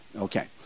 okay